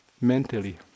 mentally